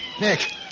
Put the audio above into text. Nick